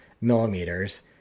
millimeters